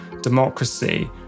democracy